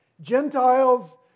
Gentiles